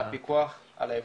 הפיקוח על הייבוא,